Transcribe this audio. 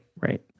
right